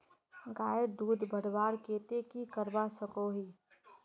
गायेर दूध बढ़वार केते की करवा सकोहो ही?